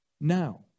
Now